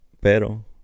Pero